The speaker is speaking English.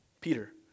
Peter